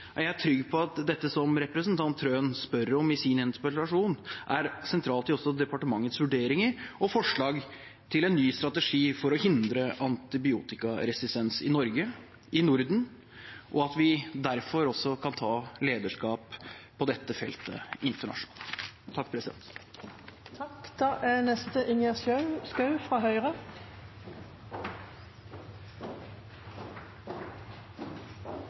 er jeg trygg på at det representanten Trøen spør om i sin interpellasjon, er sentralt også i departementets vurderinger og forslag til en ny strategi for å hindre antibiotikaresistens i Norge og i Norden, og at vi derfor også kan ta lederskap på dette feltet internasjonalt. Det gleder meg svært at veldig mange representanter har oppmerksomhet omkring det som er